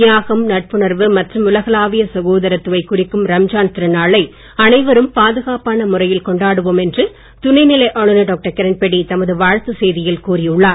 தியாகம் நட்புணர்வு மற்றும் உலகளாவிய சகோதரத்துவத்தை குறிக்கும் ரம்ஜான் திருநாளை அனைவரும் பாதுகாப்பான முறையில் கொண்டாடுவோம் என்று துணைநிலை ஆளுநர் டாக்டர் கிரண்பேடி தமது வாழ்த்துச் செய்தியில் கூறியுள்ளார்